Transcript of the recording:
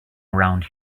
around